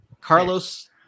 Carlos